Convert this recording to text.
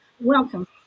welcome